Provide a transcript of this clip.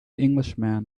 englishman